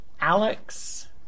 Alex